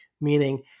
meaning